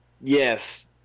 Yes